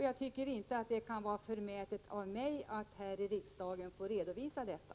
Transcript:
Jag tycker inte att det kan vara förmätet av mig att här i riksdagen redovisa detta.